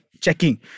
checking